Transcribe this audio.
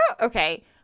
okay